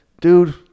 dude